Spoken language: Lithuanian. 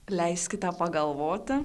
leiskite pagalvoti